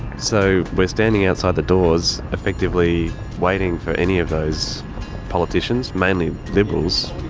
so we're standing outside the doors effectively waiting for any of those politicians, mainly liberals,